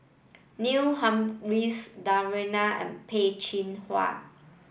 Neil Humphreys Danaraj and Peh Chin Hua